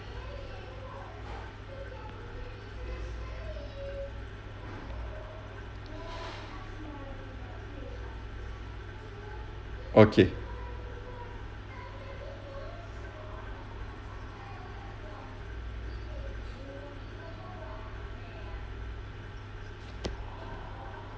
okay